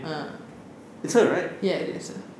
ah ya it is her